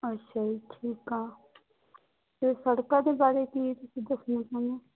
ਅੱਛਾ ਜੀ ਠੀਕ ਆ ਅਤੇ ਸੜਕਾਂ ਦੇ ਬਾਰੇ ਕੀ ਤੁਸੀਂ ਦੱਸਣਾ ਚਾਹੁੰਦੇ